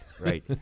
right